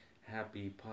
happy